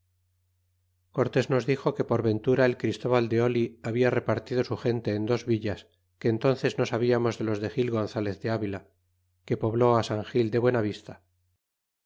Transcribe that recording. cortés nos dixo que por ventura el christóbal de oli habla repartido su gente en dos villas que entónces no sabiamos de los de gil gonzales de avila que pobló á san gil de